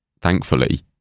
thankfully